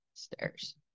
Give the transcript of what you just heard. Stairs